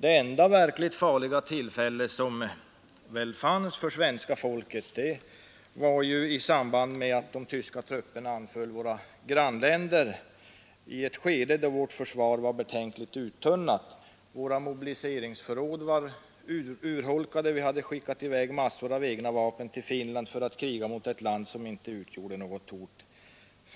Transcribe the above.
Det enda verkligt farliga tillfället för Sverige att råka i krig var i samband med att de tyska trupperna anföll våra grannländer. Det var i ett skede då vårt försvar var betänkligt uttunnat. Våra mobiliseringsförråd var urholkade, vi hade sänt en mängd vapen till Finland som var i krig med ett land som inte utgjorde något hot